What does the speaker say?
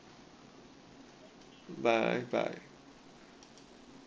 bye bye